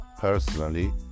personally